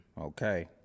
Okay